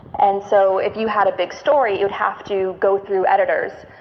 and so if you had a big story you would have to go through editors.